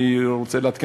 אני רוצה לעדכן,